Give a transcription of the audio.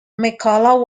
mccullough